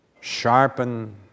sharpen